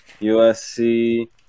usc